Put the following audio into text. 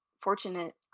fortunate